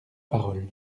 parole